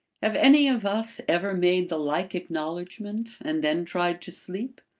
have any of us ever made the like acknowledgment and then tried to sleep?